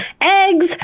eggs